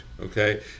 okay